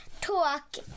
talk